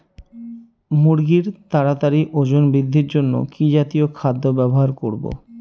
মুরগীর তাড়াতাড়ি ওজন বৃদ্ধির জন্য কি জাতীয় খাদ্য ব্যবহার করব?